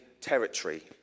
territory